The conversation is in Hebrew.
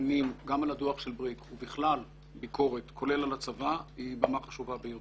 דנים בדוח של בריק ובכלל ביקורת כולל על הצבא היא במה חשובה ביותר.